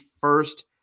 first